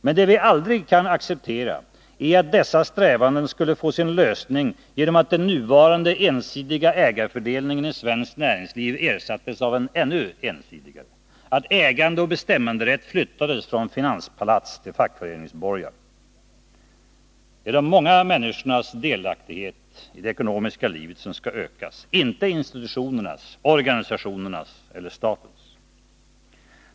Men det vi aldrig kan acceptera är att dessa strävanden skulle få sin lösning genom att den nuvarande ensidiga ägarfördelningen i svenskt näringsliv ersattes av en ännu ensidigare — att ägande och bestämmanderätt flyttades från finanspalats till fackföreningsborgar. Det är de många människornas delaktighet i det ekonomiska livet som skall ökas, inte institutionernas, organisationernas eller statens.